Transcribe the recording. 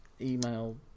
email